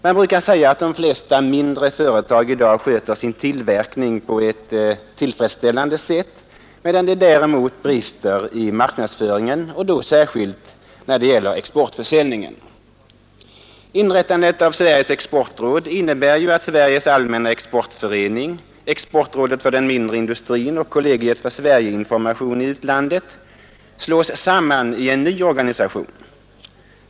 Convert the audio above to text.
Man brukar säga att de flesta mindre företag i dag sköter sin tillverkning på ett tillfredsställande sätt, medan det däremot brister i marknadsföringen och då särskilt när det gäller export försäljningen. Inrättandet av Sveriges exportråd innebär ju att Sveriges allmänna exportförening, Exportrådet för den mindre industrin och Kollegiet för Sverige-information i utlandet slås samman i en ny organisation.